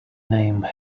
name